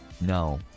no